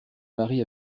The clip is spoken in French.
marie